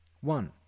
One